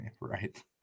Right